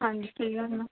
ਹਾਂਜੀ ਸਹੀ ਗੱਲ ਆ